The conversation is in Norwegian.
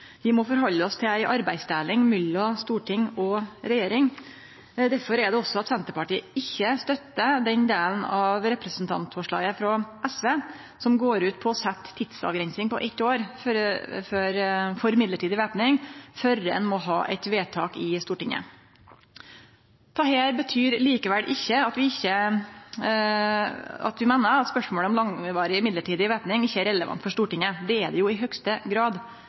Vi må halde oss til arbeidsdelinga mellom storting og regjering. Derfor er det Senterpartiet ikkje støttar den delen av representantforslaget frå SV som går ut på å setje tidsavgrensing på eitt år for mellombels væpning, før ein må ha eit vedtak i Stortinget. Dette betyr likevel ikkje at vi meiner spørsmålet om langvarig mellombels væpning ikkje er relevant for Stortinget. Det er det i høgste grad